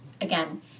again